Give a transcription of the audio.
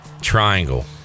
triangle